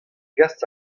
gas